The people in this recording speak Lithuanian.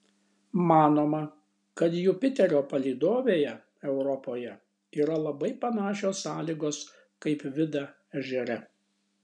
manoma kad jupiterio palydovėje europoje yra labai panašios sąlygos kaip vida ežere